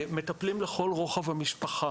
מטפלים לכל רוחב המשפחה